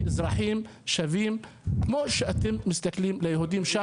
כעל אזרחים שווים כמו שאתם מסתכלים על היהודים שם.